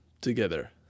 together